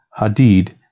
Hadid